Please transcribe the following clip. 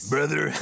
Brother